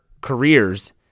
careers